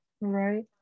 Right